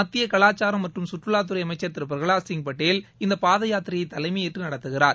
மத்திய கலாச்சாரம் மற்றும் கற்றுவாத்துறை அமைச்சர் திரு பிரகலாத் சிங் பட்டேல் இந்த பாதயாத்திரையை தலைமையேற்று நடத்துகிறார்